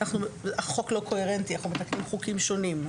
החוק לא קוהרנטי, אנחנו מתקנים חוקים שונים.